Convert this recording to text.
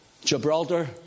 Gibraltar